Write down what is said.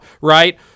Right